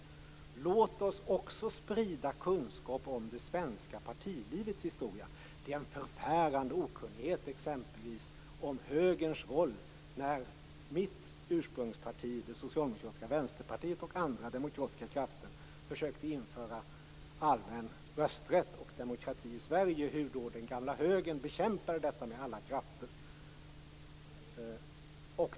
Låt oss också sprida kunskap om det svenska partilivets historia. Det råder en förfärande okunnighet om exempelvis högerns roll. När mitt ursprungsparti, det socialdemokratiska vänsterpartiet, och andra demokratiska krafter försökte införa allmän rösträtt och demokrati i Sverige bekämpade den gamla högern detta med alla krafter.